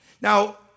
Now